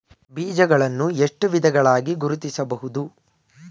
ಬೀಜಗಳನ್ನು ಎಷ್ಟು ವಿಧಗಳಾಗಿ ಗುರುತಿಸಬಹುದು?